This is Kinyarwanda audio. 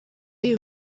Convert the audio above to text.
yumva